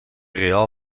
real